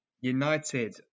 United